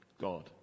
God